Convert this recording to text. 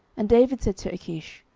and david said to achish,